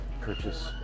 purchase